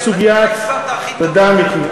תודה, מיקי.